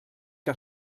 que